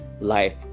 life